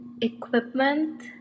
equipment